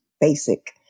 basic